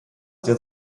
der